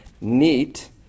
neat